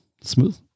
smooth